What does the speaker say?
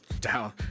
down